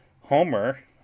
homer